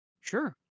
Sure